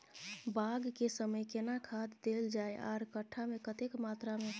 बाग के समय केना खाद देल जाय आर कट्ठा मे कतेक मात्रा मे?